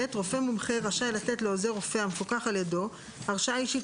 (ב)רופא מומחה רשאי לתת לעוזר רופא המפוקח על ידו הרשאה אישית